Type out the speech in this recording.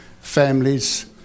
families